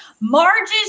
Marges